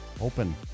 open